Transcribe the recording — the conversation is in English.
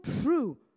true